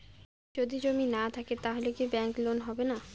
যদি জমি না থাকে তাহলে কি ব্যাংক লোন হবে না?